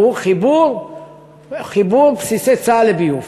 הוא חיבור בסיסי צה"ל לביוב.